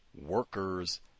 Workers